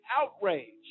outrage